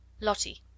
Lottie